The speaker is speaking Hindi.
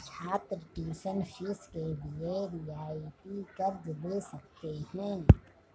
छात्र ट्यूशन फीस के लिए रियायती कर्ज़ ले सकते हैं